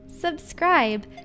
subscribe